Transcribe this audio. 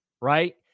Right